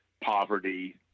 poverty